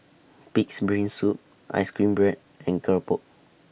Pig'S Brain Soup Ice Cream Bread and Keropok